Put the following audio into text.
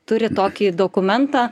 turi tokį dokumentą